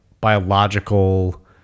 biological